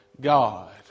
God